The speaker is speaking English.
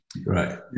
Right